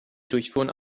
durchfuhren